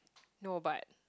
no but